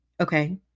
okay